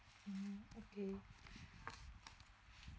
mmhmm okay